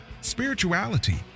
spirituality